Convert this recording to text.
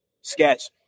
sketch